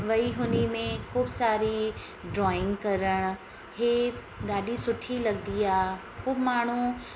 वरी हुनमें खूब सारी ड्रॉइंग करण हीअ ॾाढी सुठी लॻदी आहे खूब माण्हू